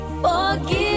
Forgive